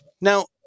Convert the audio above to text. Now